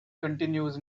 continues